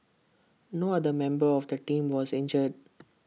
no other member of the team was injured